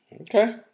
Okay